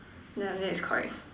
ya then is correct